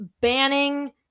banning